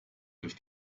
durch